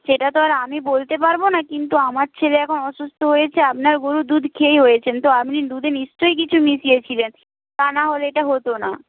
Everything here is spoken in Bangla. সেটা তো আর আমি বলতে পারবো না কিন্তু আমার ছেলে এখন অসুস্থ হয়েছে আপনার গরুর দুধ খেয়েই হয়েছেন তো আপনি দুধে নিশ্চই কিছু মিশিয়েছিলেন তা নাহলে এটা হতো না